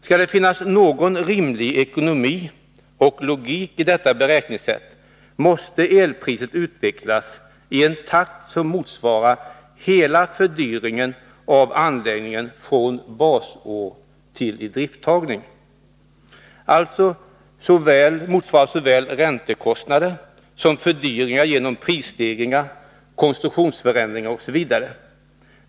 Skall det finnas någon rimlig ekonomi och logik i detta beräkningssätt, måste elpriset utvecklas i en takt som motsvarar hela fördyringen av anläggningen från basår till idrifttagning — alltså motsvara såväl räntekostnader som fördyringar genom prisstegringar, konstruktionsändringar osv.